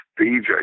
DJ